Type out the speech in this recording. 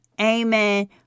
Amen